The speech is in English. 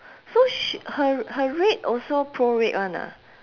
so sh~ her her rate also prorate [one] ah